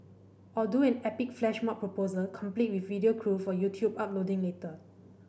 or do an epic flash mob proposal complete with video crew for YouTube uploading later